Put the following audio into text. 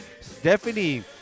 Stephanie